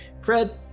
Fred